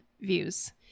views